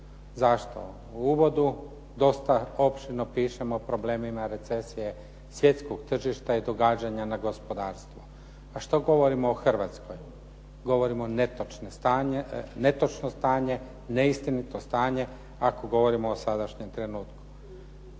Zašto? U uvodu dosta opširno pišemo o problemima recesije svjetskog tržišta i događanja na gospodarstvu. A što govorimo o Hrvatskoj? Govorimo netočno stanje, neistinito stanje ako govorimo o sadašnjem trenutku.